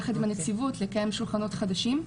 יחד עם הנציגות לקיים שולחנות חדשים.